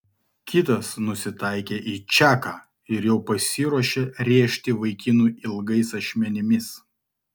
kitas nusitaikė į čaką ir jau pasiruošė rėžti vaikinui ilgais ašmenimis